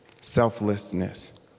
selflessness